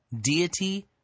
deity